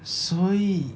所以